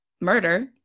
murder